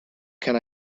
can